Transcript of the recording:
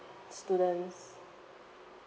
students